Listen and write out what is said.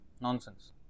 Nonsense